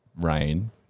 rain